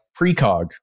precog